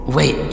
Wait